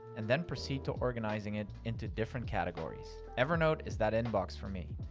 and then proceed to organizing it into different categories. evernote is that inbox for me.